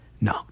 no